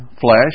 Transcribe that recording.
flesh